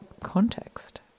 context